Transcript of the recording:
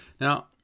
Now